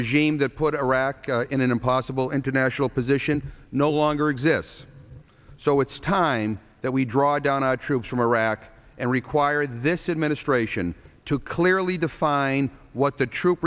regime that put iraq in an impossible international position no longer exists so it's time that we draw down our troops from iraq and require this administration to clearly define what the tr